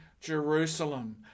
Jerusalem